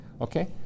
Okay